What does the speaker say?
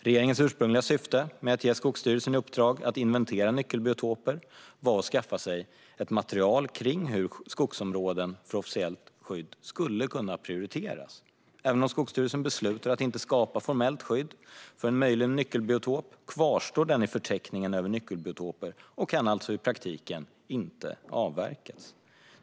Regeringens ursprungliga syfte med att ge Skogsstyrelsen i uppdrag att inventera nyckelbiotoper var att skaffa sig ett material om hur skogsområden för officiellt skydd skulle kunna prioriteras. Även om Skogsstyrelsen beslutar att inte skapa formellt skydd för en möjlig nyckelbiotop kvarstår det området i förteckningen över nyckelbiotoper och kan alltså i praktiken inte avverkas.